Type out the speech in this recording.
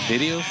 Video